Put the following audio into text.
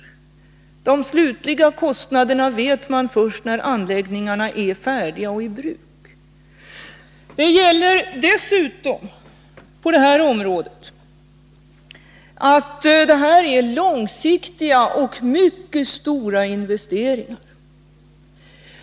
Storleken av de slutliga kostnaderna vet man först när anläggningarna är färdiga och i bruk. Dessutom är det på detta område fråga om långsiktiga och mycket stora investeringar.